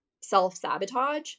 self-sabotage